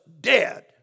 dead